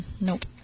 Nope